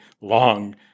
long